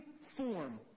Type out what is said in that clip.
form